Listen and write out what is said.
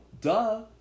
duh